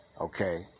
Okay